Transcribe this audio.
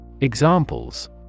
Examples